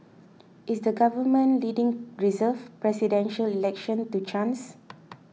is the government leaving 'reserved' Presidential Election to chance